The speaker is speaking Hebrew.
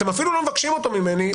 אתם אפילו לא מבקשים אותו ממני,